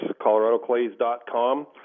coloradoclays.com